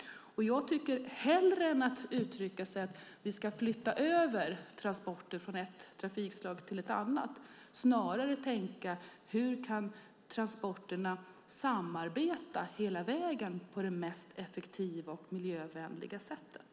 Hellre än att säga att vi ska flytta över transporter från ett trafikslag till ett annat tycker jag att vi ska tänka på hur transporterna kan samarbeta hela vägen på det mest effektiva och miljövänliga sättet.